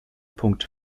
punkt